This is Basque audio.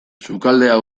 sukaldea